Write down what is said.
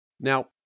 Now